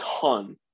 ton